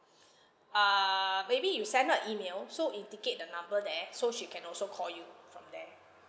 err maybe you send her email so indicate the number there so she can also call you from there